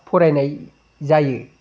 फरायनाय जायो